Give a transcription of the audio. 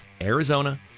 Arizona